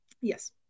Yes